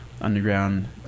underground